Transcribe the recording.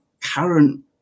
current